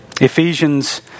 Ephesians